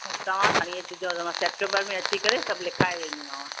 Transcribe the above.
तव्हां खणी अचिजो त मां सेप्टेम्बर में अची करे सभु लिखाए वेंदीमांव